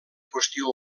qüestió